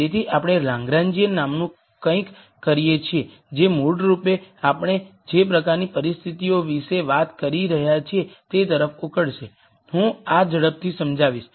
તેથી આપણે લાગ્રેજિયન નામનું કંઈક કરીએ છીએ જે મૂળરૂપે આપણે જે પ્રકારની પરિસ્થિતિઓ વિશે વાત કરી રહ્યા છીએ તે તરફ ઉકળશે હું આ ઝડપથી સમજાવીશ